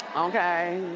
okay?